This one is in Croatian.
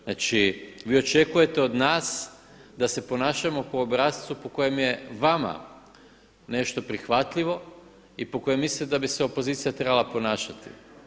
Znači vi očekujete od nas da se ponašamo po obrascu po kojem je vama nešto prihvatljivo i po kojem mislimo da bi se opozicija trebala ponašati.